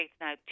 now